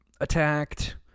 attacked